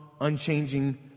unchanging